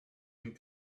and